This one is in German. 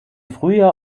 frühjahr